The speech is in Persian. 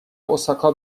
اوساکا